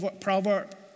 proverb